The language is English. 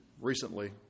recently